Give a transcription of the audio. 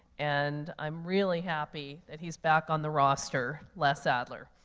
and i'm really happy that he's back on the roster. les adler.